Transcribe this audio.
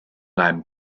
einem